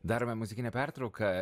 darome muzikinę pertrauką